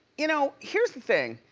you know, here's the thing.